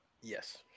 Yes